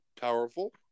powerful